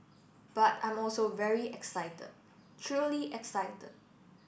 but I'm also very excited truly excited